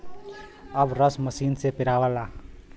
अब रस मसीन से पेराला